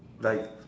like